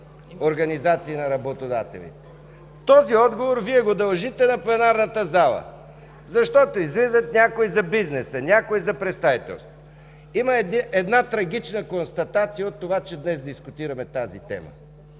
организации на работодателите? Този отговор Вие го дължите на пленарната зала. Защото излизат, някои – за бизнеса, някои – за представителството. Има една трагична констатация от това, че днес дискутираме тази тема